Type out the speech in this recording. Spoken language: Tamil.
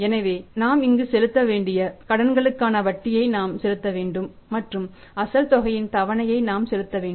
எனவே நாம் இங்கு செலுத்த வேண்டியது கடனுக்கான வட்டியை நாம் செலுத்த வேண்டும் மற்றும் அசல் தொகையின் தவணையை நாம் செலுத்த வேண்டும்